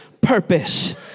purpose